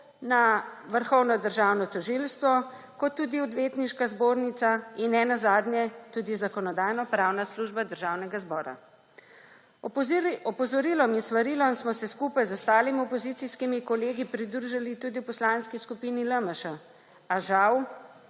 tako Vrhovno državno tožilstvo kot tudi Odvetniška zbornica in ne nazadnje Zakonodajno-pravna služba Državnega zbora. Opozorilom in svarilom smo se skupaj z ostalimi opozicijskimi kolegi pridružili tudi v Poslanski skupini LMŠ, a žal,